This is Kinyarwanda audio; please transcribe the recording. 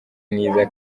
mwiza